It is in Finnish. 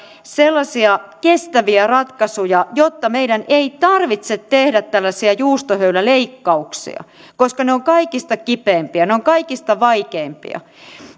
sellaisia kestäviä ratkaisuja jotta meidän ei tarvitse tehdä tällaisia juustohöyläleikkauksia koska ne ovat kaikista kipeimpiä ne ovat kaikista vaikeimpia